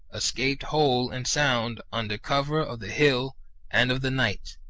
escaped whole and sound under cover of the hill and of the night,